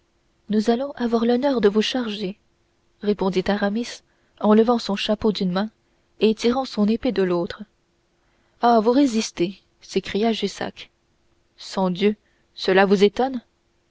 nous allons avoir l'honneur de vous charger répondit aramis en levant son chapeau d'une main et tirant son épée de l'autre ah vous résistez s'écria jussac sangdieu cela vous étonne